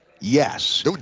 yes